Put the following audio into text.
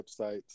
websites